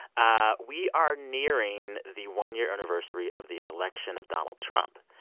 ah we are nearing the one-year anniversary of the election of donald trump.